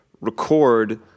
record